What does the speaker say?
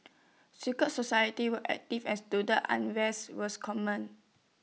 secret society were active and student unrest was common